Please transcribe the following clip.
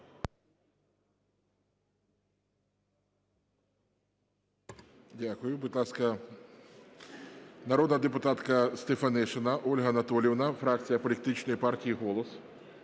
Дякую. Будь ласка, народна депутатська Стефанишина Ольга Анатоліївна, фракція політичної партії "Голос".